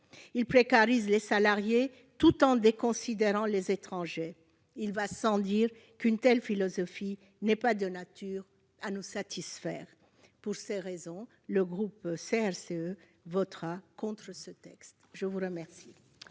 Il précarise les salariés tout en déconsidérant les étrangers. Il va sans dire qu'une telle philosophie n'est pas de nature à nous satisfaire. Pour ces raisons, le groupe CRCE votera contre ce texte. La parole